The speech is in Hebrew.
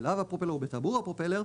בלהב הפרופלר או בטבור הפרופלר,